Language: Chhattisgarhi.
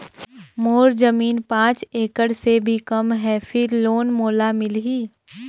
मोर जमीन पांच एकड़ से भी कम है फिर लोन मोला मिलही?